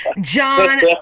John